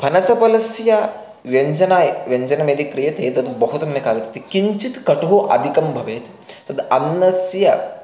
फनसफलस्य व्यञ्जनं व्यञ्जनं यदि क्रियते तद् बहु सम्यक् आगच्छति किञ्चित् कटुः अधिकः भवेत् तद् अन्नस्य